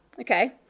Okay